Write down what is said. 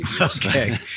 Okay